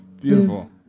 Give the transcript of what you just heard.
beautiful